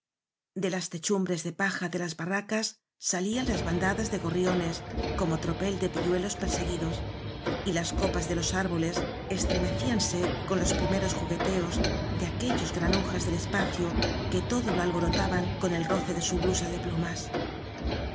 de las techumbres de paja de las barracas sa lían las bandadas de gorriones como tropel de pihuelos perseguidos y las copas de los ár boles estremecíanse con los primeros jugueteos de aquellos granujas del espacio que todo áñ lo alborotaban con el roce de su blusa de plumas